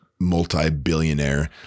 multi-billionaire